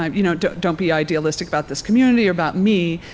ah you know don't don't be idealistic about this community or about me,